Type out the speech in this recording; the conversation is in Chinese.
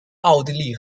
奥地利